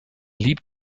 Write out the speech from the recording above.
liebt